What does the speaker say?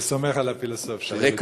אני סומך על הפילוסוף, בדיוק.